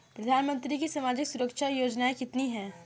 प्रधानमंत्री की सामाजिक सुरक्षा योजनाएँ कितनी हैं?